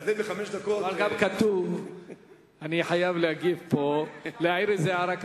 על זה בחמש דקות, אני חייב להעיר איזה הערה.